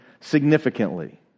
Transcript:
significantly